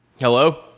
hello